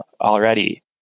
already